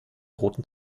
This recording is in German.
roten